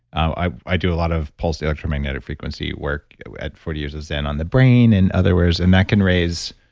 i i do a lot of pulse electromagnetic frequency work at forty years of zen on the brain and other words and that can raise,